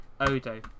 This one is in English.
odo